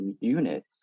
unit